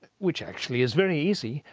which actually is very easy,